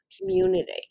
community